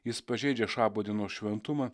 jis pažeidžia šabo dienos šventumą